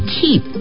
keep